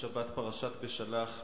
השבת פרשת בשלח,